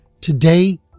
Today